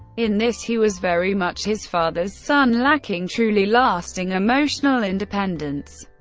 in this he was very much his father's son, lacking truly lasting emotional independence,